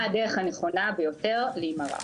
מהי הדרך הנכונה ביותר להימרח.